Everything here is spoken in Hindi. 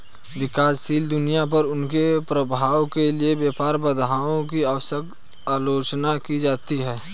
विकासशील दुनिया पर उनके प्रभाव के लिए व्यापार बाधाओं की अक्सर आलोचना की जाती है